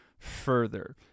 further